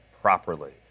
properly